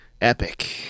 epic